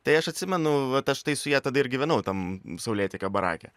tai aš atsimenu vat aš tai su ja tada ir gyvenau tam saulėtekio barake